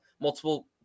Multiple